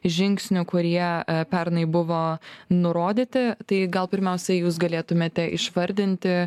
žingsnių kurie pernai buvo nurodyti tai gal pirmiausia jūs galėtumėte išvardinti